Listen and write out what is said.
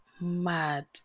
mad